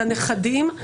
של הנכדים,